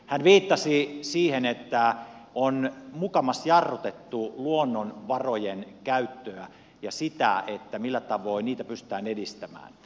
hän viittasi siihen että on mukamas jarrutettu luonnonvarojen käyttöä ja sitä millä tavoin niitä pystytään edistämään